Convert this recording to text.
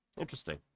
Interesting